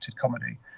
comedy